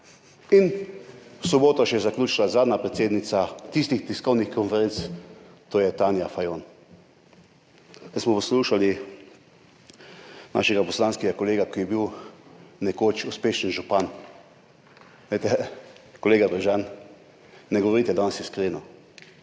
In v soboto se je zaključila zadnja predsednica tistih tiskovnih konferenc, to je Tanja Fajon. Zdaj smo poslušali našega poslanskega kolega, ki je bil nekoč uspešen župan. Glejte kolega Brežan, ne govorite danes iskreno.